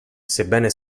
sebbene